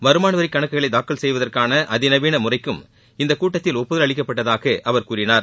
வருமானவரிக்கணக்குகளை தாக்கல் செய்வதற்கான அதிநவீன முறைக்கும் இக்கூட்டத்தில் ஒப்புதல் அளிக்கப்பட்டதாக அவர் கூறினார்